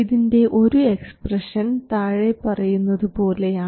ഇതിൻറെ ഒരു എക്സ്പ്രഷൻ താഴെ പറയുന്നതു പോലെയാണ്